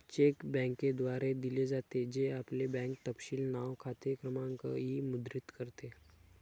check बँकेद्वारे दिले जाते, जे आपले बँक तपशील नाव, खाते क्रमांक इ मुद्रित करते